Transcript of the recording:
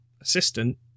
assistant